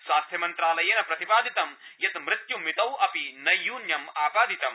स्वास्थ्यमन्त्रालयेन प्रतिपादितम् यत् मृत्युमितौ नैयून्य आपादितम्